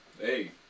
Hey